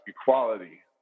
equality